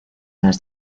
las